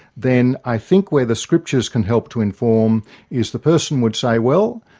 then i think where the scriptures can help to inform is the person would say, well,